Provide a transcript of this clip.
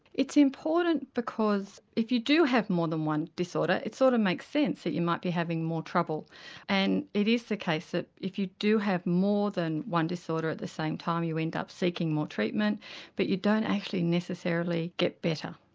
it's important because if you do have more than one disorder it sort of makes sense that you might be having more trouble and it is the case that if you do have more than one disorder at the same time you end up seeking more treatment but you don't actually necessarily get better.